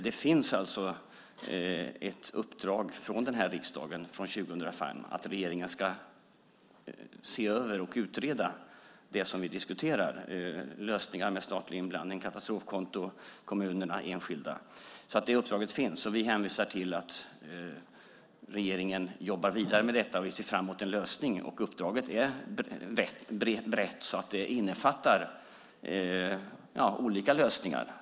Det finns uppdrag från riksdagen, från 2005, att regeringen ska se över och utreda det vi diskuterar - lösningar med statlig inblandning, katastrofkonto, enskilda kommuner. Uppdraget finns. Vi hänvisar till att regeringen jobbar vidare med detta, och vi ser fram mot en lösning. Uppdraget är brett, så det innefattar olika lösningar.